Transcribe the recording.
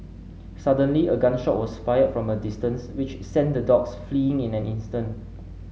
suddenly a gun shot was fired from a distance which sent the dogs fleeing in an instant